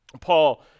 Paul